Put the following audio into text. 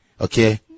Okay